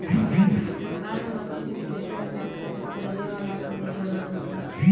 व्यापार में वस्तु के विक्रेता के साथे साथे खरीदे वाला कअ भी जरुरत होत बाटे